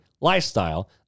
lifestyle